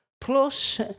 Plus